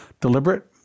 deliberate